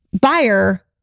buyer